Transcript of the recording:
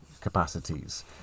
capacities